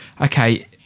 okay